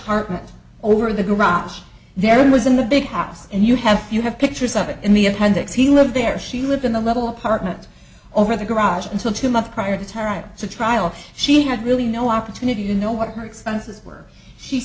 apartment over the garage there was in the big box and you have you have pictures of it in the appendix he lived there she lived in the little apartment over the garage until two months prior to time to trial she had really no opportunity to know what her expenses were she